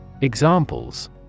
Examples